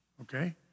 okay